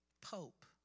Pope